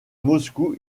moscou